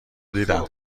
دیدم